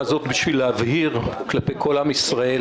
הזו ולשאול אותו כדי להבהיר לעם ישראל,